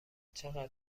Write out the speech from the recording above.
چقدر